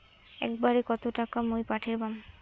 একবারে কত টাকা মুই পাঠের পাম?